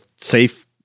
safe